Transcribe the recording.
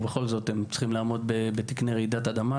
ובכל זאת הם צריכים לעמוד בתקני רעידת אדמה,